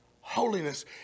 holiness